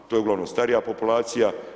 To je uglavnom starija populacija.